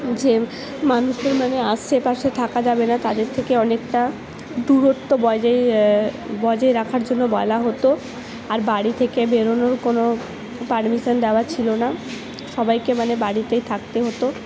যে মানুষদের মানে আশেপাশে থাকা যাবে না তাদের থেকে অনেকটা দূরত্ব বজায় বজায় রাখার জন্য বলা হত আর বাড়ি থেকে বেরোনোর কোনো পারমিশান দেওয়া ছিল না সবাইকে মানে বাড়িতেই থাকতে হত